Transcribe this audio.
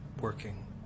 working